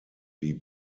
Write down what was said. die